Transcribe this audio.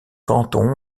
cantons